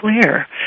clear